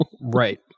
Right